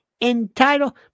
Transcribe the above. Entitled